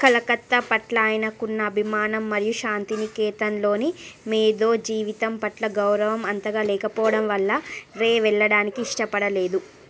కలకత్తా పట్ల ఆయనకున్న అభిమానం మరియు శాంతినికేతన్లోని మేధో జీవితం పట్ల గౌరవం అంతగా లేకపోవడం వల్ల రే వెళ్ళడానికి ఇష్టపడలేదు